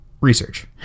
research